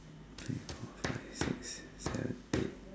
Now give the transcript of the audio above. three four five six seven eight